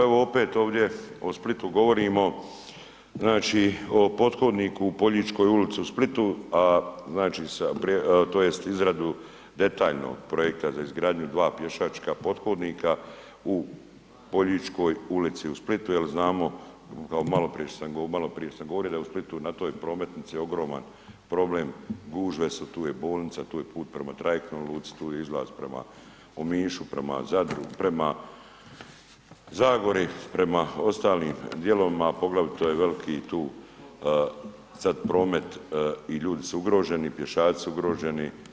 Evo opet ovdje o Splitu govorimo, znači o pothodniku u Poljičkoj ulici u Splitu, a znači sa, tj. izradu detaljnog projekta za izgradnju dva pješačka pothodnika u Poljičkoj ulici u Splitu jer znamo, maloprije sam govorio da u Splitu na toj prometnici ogroman problem, gužve su, tu je bolnica, tu je put prema trajektnoj luci, tu je izlaz prema Omišu, prema Zadru, prema Zagori, prema ostalim dijelovima, poglavito je veliki tu sad promet i ljudi su ugroženi, pješaci su ugroženi.